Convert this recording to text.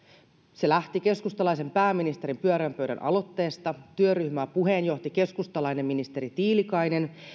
se lähti keskustalaisen pääministerin pyöreän pöydän aloitteesta työryhmää puheenjohti keskustalainen ministeri tiilikainen